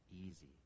easy